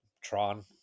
Tron